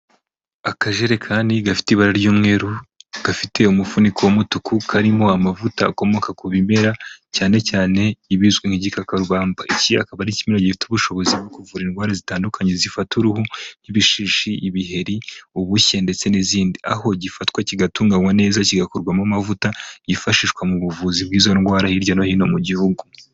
Akajerekani gafite ibara ry'umweru gafite umufuniko w'umutuku karimo amavuta akomoka ku bimera cyane cyane ibizwi cyane nk'igikakarubamba. Iki akaba ari kimwe gifite ubushobozi bwo kuvura indwara zitandukanye zifata uruhu nk'ibishishi, ibiheri, ubushye ndetse n'izindi. Aho gifatwa kigatunganywa neza kigakorwamo amavuta yifashishwa mu buvuzi bw'izo ndwara hirya no hino mu gihugu.